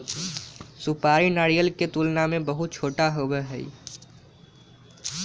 सुपारी नारियल के तुलना में बहुत छोटा होबा हई